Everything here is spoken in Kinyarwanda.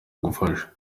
gufasha